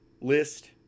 list